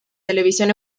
televisión